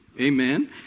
Amen